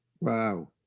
Wow